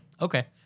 okay